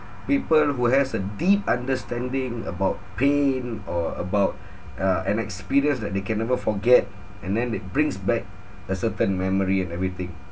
people who has a deep understanding about pain or about uh an experience that they can never forget and then it brings back a certain memory and everything